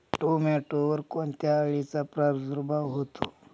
टोमॅटोवर कोणत्या अळीचा प्रादुर्भाव होतो?